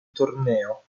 torneo